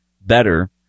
better